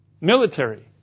military